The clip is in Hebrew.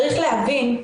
יש להבין,